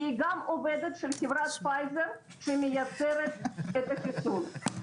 היא גם עובדת של חברת פייזר שמייצרת את החיסון.